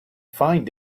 find